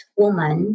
woman